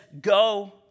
go